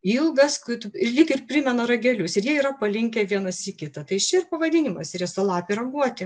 ilgas kut lyg ir primena ragelius ir jie yra palinkę vienas į kitą tai ši pavadinimas riestalapė raguotė